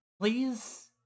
Please